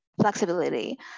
flexibility